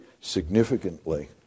significantly